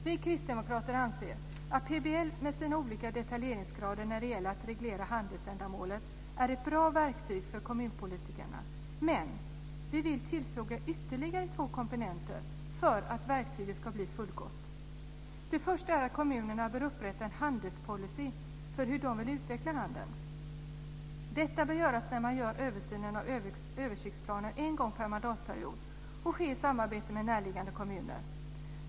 Vi kristdemokrater anser att PBL med sina olika detaljeringsgrader när det gäller att reglera handelsändamålet är ett bra verktyg för kommunpolitikerna men vi vill tillfoga ytterligare två komponenter för att verktyget ska bli fullgott. Först och främst bör kommunerna upprätta en handelspolicy för hur de vill utveckla handeln. Detta bör göras när man en gång per mandatperiod gör översynen av översiktsplanen och ske i samarbete med närliggande kommuner.